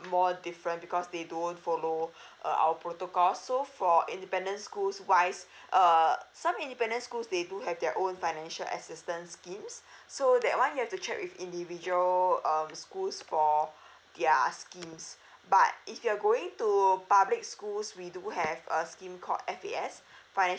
more different because they don't follow uh our protocol so for independent schools wise err some independent schools they do have their own financial assistance schemes so that one you have to check with individual um schools for their schemes but if you're going to public schools we do have a scheme called F_A_S financial